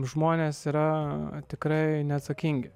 žmonės yra tikrai neatsakingi